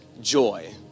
joy